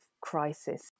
crisis